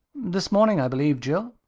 this morning, i believe, jill?